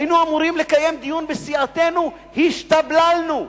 היינו אמורים לקיים דיון בסיעתנו, השתבללנו.